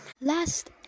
Last